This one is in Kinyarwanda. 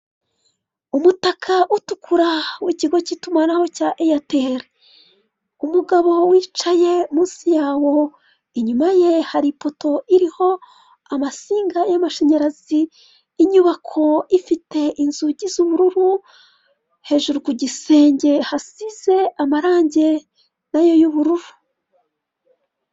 Umutaka utukura w'ikigo k'itumanaho cya Airtel umugabo wicaye munsi yawo inyuma ye hari buto iriho amasinga y'amashanyarazi. Inyubako ifite inzugi z'ubururu hejuru ku gisenge hasize amarange nayo y'ubururu.